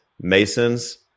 Masons